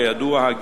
כידוע,